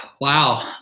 wow